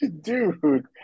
dude